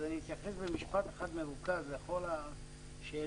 ואני אתייחס במשפט אחד מרוכז לכל השאלות